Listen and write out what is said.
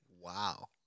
Wow